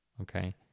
Okay